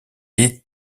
est